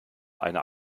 einer